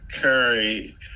carry